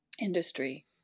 industry